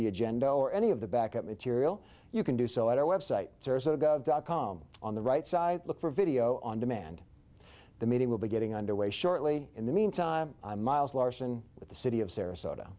the agenda or any of the back up material you can do so at our website www dot com on the right side look for video on demand the meeting will be getting underway shortly in the mean time miles larsen with the city of sarasota